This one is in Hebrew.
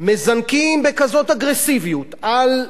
מזנקים בכזאת אגרסיביות על,